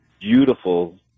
beautiful